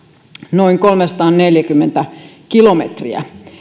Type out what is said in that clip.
noin kolmesataaneljäkymmentä kilometriä